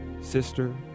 sister